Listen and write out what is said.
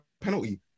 penalty